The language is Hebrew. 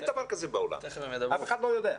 אין דבר כזה בעולם, אף אחד לא יודע.